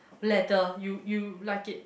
leather you you like it